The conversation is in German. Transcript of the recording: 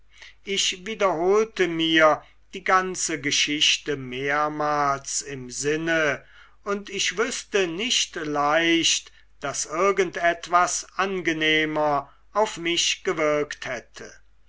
ich wiederholte mir die ganze geschichte mehrmals im sinne und ich wüßte nicht leicht daß irgend etwas angenehmer auf mich gewirkt hätte